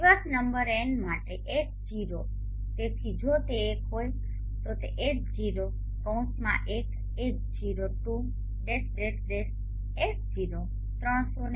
દિવસ number n માટે H0 તેથી જો તે 1 હોય તો તે H0 H0